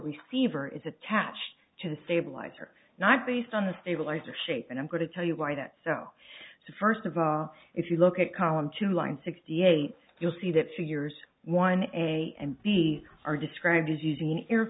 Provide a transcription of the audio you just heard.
receiver is attached to the stabilizer not based on the stabilizer shape and i'm going to tell you why that so first of all if you look at column two lines sixty eight you'll see that figures one a and b are described as using a